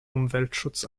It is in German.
umweltschutz